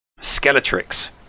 Skeletrix